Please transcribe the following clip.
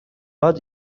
هات